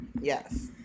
yes